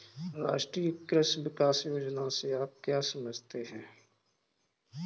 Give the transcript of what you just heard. राष्ट्रीय कृषि विकास योजना से आप क्या समझते हैं?